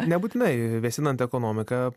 nebūtinai vėsinant ekonomiką